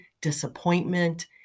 disappointment